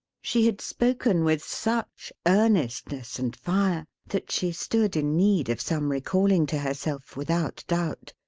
she had spoken with such earnestness and fire, that she stood in need of some recalling to herself, without doubt.